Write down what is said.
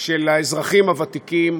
של האזרחים הוותיקים,